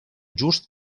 just